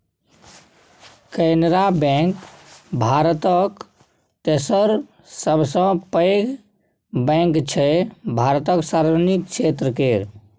Canara bank भारतक तेसर सबसँ पैघ बैंक छै भारतक सार्वजनिक क्षेत्र केर